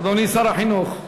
אדוני שר החינוך,